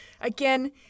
Again